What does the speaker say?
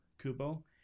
Kubo